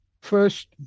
first